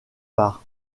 par